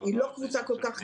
היא לא קבוצה כל כך גדולה.